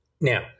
Now